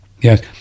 yes